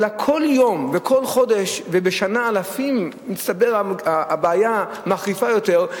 אלא כל יום וכל חודש ושנה הבעיה מחריפה באלפים,